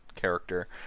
character